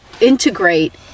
integrate